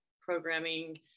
programming